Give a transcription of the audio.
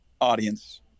Audience